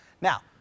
Now